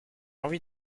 envie